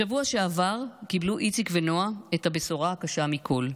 בשבוע שעבר קיבלו איציק ונועה את הבשורה הקשה מכול.